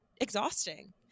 exhausting